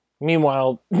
Meanwhile